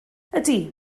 ydy